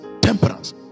temperance